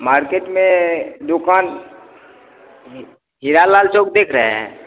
market में दुकान हीरालाल चौक देख रहे हैं